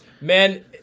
Man